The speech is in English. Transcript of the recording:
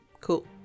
Cool